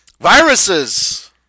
viruses